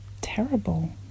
terrible